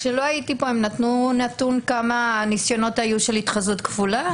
כשלא הייתי פה הם נתנו נתון כמה ניסיונות היו של התחזות כפולה?